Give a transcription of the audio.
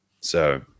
So-